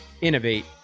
innovate